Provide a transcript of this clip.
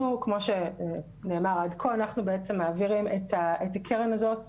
ואנחנו נשמח שאתם גם אצלכם בוועדה הבין משרדית שתבחנו את הסוגיה הזאת.